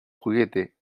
juguete